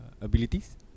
Abilities